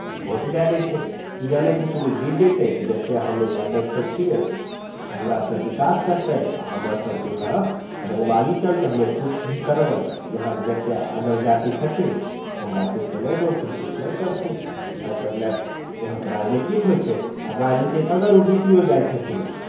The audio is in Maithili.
भोट दए दै छै ई जानै छथिन ई जीत जेतै तऽ जतेक हमे यादवसभ छियै ओहिसँ हमरासभ विकास करतै आ हमर सभके यहाँ रङ्गबाजी चलतै हमे किछु भी करबै तऽ यहाँके जतेक अदर जाति छथिन हमरा किछो नहि बोलथिन किछु नहि करथिन इएहसभ लए कऽ यहाँके राजनीतिक होइ छै आ राजनीति अगर ओ जीतिओ जाइ छथिन